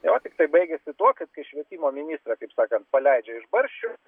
jo tiktai baigiasi tuo kad kai švietimo ministrą kaip sakant paleidžia iš barščių